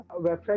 website